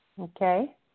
Okay